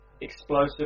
explosive